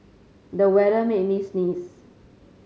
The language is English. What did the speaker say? the weather made me sneeze